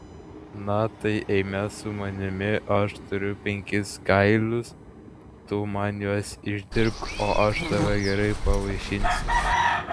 na tai eime su manimi aš turiu penkis kailius tu man juos išdirbk o aš tave gerai pavaišinsiu